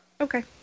Okay